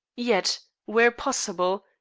yet, where possible,